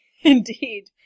Indeed